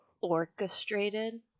orchestrated